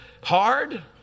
hard